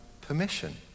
permission